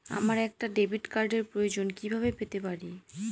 আমার একটা ডেবিট কার্ডের প্রয়োজন কিভাবে পেতে পারি?